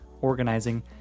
organizing